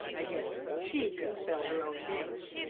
and yet she could spell her own name.